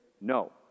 no